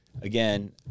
again